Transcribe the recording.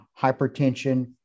hypertension